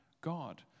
God